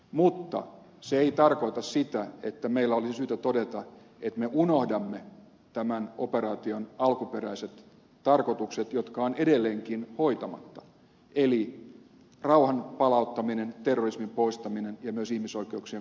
mutta se ei tarkoita sitä että meillä olisi syytä todeta että me unohdamme tämän operaation alkuperäiset tarkoitukset jotka ovat edelleenkin hoitamatta eli rauhan palauttamisen terrorismin poistamisen ja myös ihmisoikeuksien kunnioituksen tällä alueella